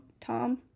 Tom